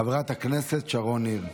חברת הכנסת שרון ניר.